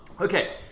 Okay